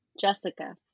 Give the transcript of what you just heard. Jessica